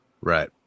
right